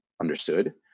understood